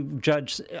judge